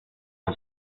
una